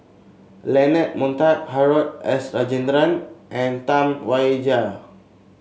Leonard Montague Harrod S Rajendran and Tam Wai Jia